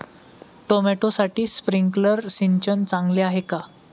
टोमॅटोसाठी स्प्रिंकलर सिंचन चांगले आहे का?